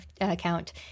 account